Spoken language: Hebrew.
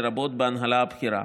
לרבות בהנהלה הבכירה.